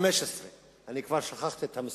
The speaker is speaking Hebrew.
15. אני כבר שכחתי את המספרים.